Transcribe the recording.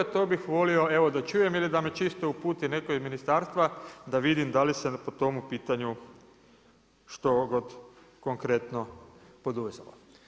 Evo to bi volio da čujem ili da me čisto uputi neko iz ministarstva da vidim da li se po tomu pitanju štogod konkretno poduzelo.